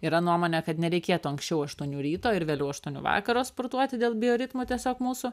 yra nuomonė kad nereikėtų anksčiau aštuonių ryto ir vėliau aštuonių vakaro sportuoti dėl bioritmų tiesiog mūsų